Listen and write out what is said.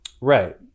Right